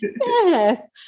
Yes